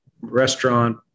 restaurant